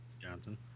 Johnson